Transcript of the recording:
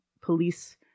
police